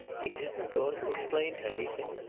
he isn't going to explain anything?